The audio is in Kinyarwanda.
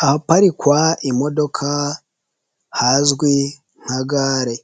Ahaparikwa imodoka hazwi nka gare,